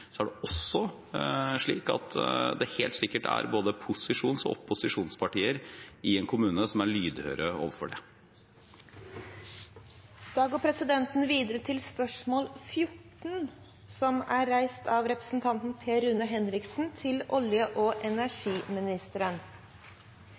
er det helt sikkert både posisjonspartier og opposisjonspartier i kommunen som er lydhøre overfor det. Da går vi til spørsmål 14. Jeg tillater meg å stille følgende spørsmål: «Inntektene fra utenlandskablene går til